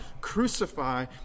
crucify